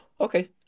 Okay